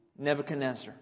Nebuchadnezzar